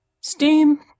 Steam